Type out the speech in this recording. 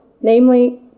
Namely